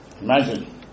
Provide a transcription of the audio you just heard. Imagine